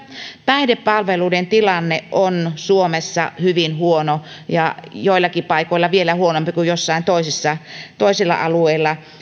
päihdepalveluiden tilanne on suomessa hyvin huono ja joillakin paikoilla vielä huonompi kuin joillain toisilla alueilla